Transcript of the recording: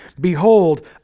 behold